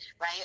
right